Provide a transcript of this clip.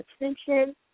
attention